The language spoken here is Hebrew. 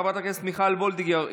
חברת הכנסת מיכל וולדיגר,